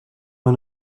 man